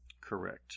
Correct